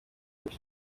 guca